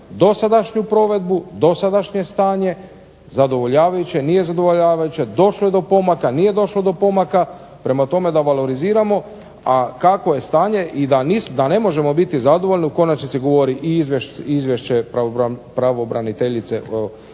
dosadašnju provedbu, dosadašnje stanje, zadovoljavajuće, nije zadovoljavajuće, došlo je do pomaka, nije došlo do pomaka, prema tome da valoriziramo. A kakvo je stanje i da ne možemo biti zadovoljni u konačnici govori i izvješće pravobraniteljice